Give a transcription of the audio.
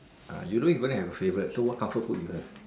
uh you don't even have a favourite so what comfort food you have